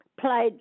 played